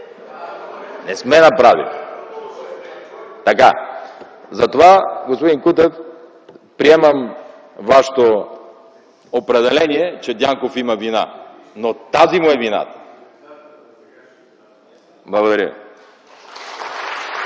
не сме направили! Затова, господин Кутев, приемам Вашето определение, че Дянков има вина, но тази му е вината. Благодаря